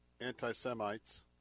anti-Semites